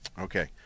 Okay